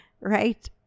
right